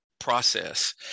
process